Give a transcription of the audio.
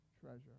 treasure